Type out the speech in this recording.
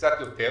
וקצת יותר.